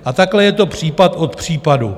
A takhle je to případ od případu.